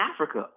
Africa